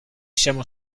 siamo